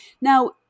Now